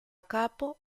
capo